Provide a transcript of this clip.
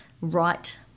right